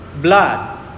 blood